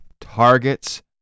targets